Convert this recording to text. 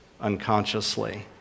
unconsciously